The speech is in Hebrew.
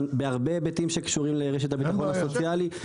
בהרבה היבטים שקשורים לרשת הביטחון הסוציאלי.